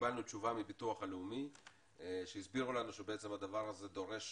קיבלנו תשובה מהביטוח הלאומי שהסבירו לנו שבעצם הדבר הזה דורש